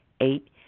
Eight